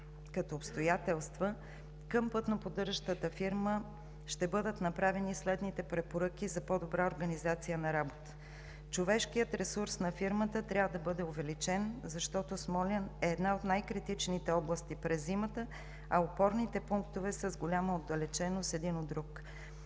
като обстоятелства, към пътноподдържащата фирма ще бъдат направени следните препоръки за по-добра организация на работата: човешкият ресурс на фирмата трябва да бъде увеличен, защото Смолян е една от най-критичните области през зимата, а опорните пунктове са с голяма отдалеченост един от друг;